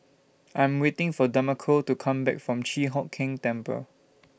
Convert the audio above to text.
I Am waiting For Demarco to Come Back from Chi Hock Keng Temple